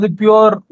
pure